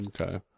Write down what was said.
Okay